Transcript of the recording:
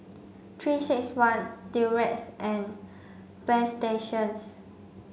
three six ne Durex and Bagstationz